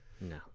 No